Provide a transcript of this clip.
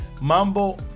mambo